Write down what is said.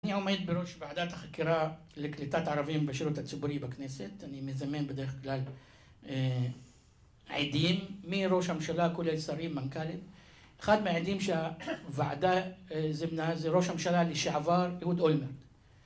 אני עומד בראש ועדת החקירה לקליטת ערבים בשירות הציבורי בכנסת אני מזמן בדרך כלל עדים מראש הממשלה, כולל שרים מנכ"לים אחד מהעדים שהוועדה זימנה זה ראש הממשלה לשעבר אהוד אולמרט